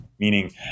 meaning